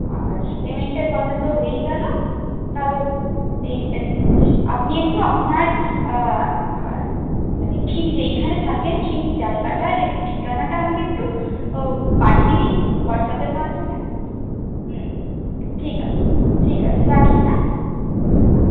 আর পেমেন্টের কথা তো হয়েই গেল তাহলে তেইশ তারিখ যাচ্ছি আপনি একটু আপনার মানে ঠিক যেইখানে থাকেন সেই জায়গাটার একটু ঠিকানাটা আমাকে একটু পাঠিয়ে দিন হোয়াটসঅ্যাপের মাধ্যমে হ্যাঁ হ্যাঁ ঠিক আছে ঠিক আছে রাখি হ্যাঁ হ্যাঁ